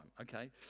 okay